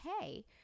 okay